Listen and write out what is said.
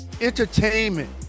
entertainment